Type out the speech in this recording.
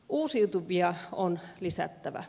uusiutuvia on lisättävä